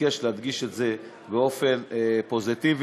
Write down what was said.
ביקש להדגיש את זה באופן חיובי,